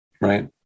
Right